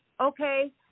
Okay